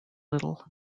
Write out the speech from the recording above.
little